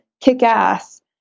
kick-ass